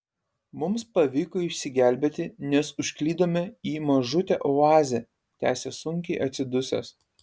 mums pavyko išsigelbėti nes užklydome į mažutę oazę tęsia sunkiai atsidusęs